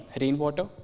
rainwater